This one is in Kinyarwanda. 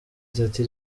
itatu